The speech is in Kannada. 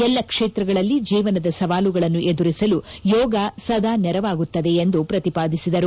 ಎಲ್ಲ ಕ್ಷೇತ್ರಗಳಲ್ಲಿ ಜೀವನದ ಸವಾಲುಗಳನ್ನು ಎದುರಿಸಲು ಯೋಗ ಸದಾ ನೆರವಾಗುತ್ತದೆ ಎಂದು ಪ್ರತಿಪಾದಿಸಿದರು